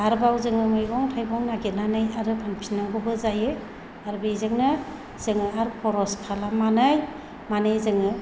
आरोबाव जोङो मैगं थायगं नागिरनानै आरो फानफिननांगौबो जायो आरो बेजोंनो जोङो आरो खरस खालामनानै माने जोङो